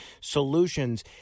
solutions